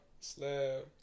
Slab